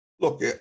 Look